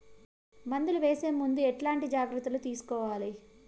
మందులు వేసే ముందు ఎట్లాంటి జాగ్రత్తలు తీసుకోవాలి?